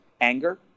anger